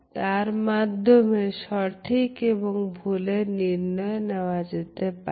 তার মাধ্যমে সঠিক এবং ভুলের নির্ণয় নেওয়া যেতে পারে